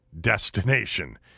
destination